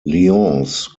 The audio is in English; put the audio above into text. lyons